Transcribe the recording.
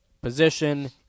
position